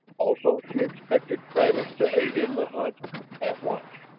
also she expected travis to aid in the hunt at once.